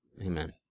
Amen